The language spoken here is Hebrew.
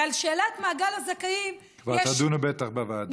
ועל שאלת מעגל הזכאים, כבר תדונו בטח בוועדה.